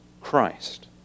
Christ